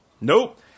Nope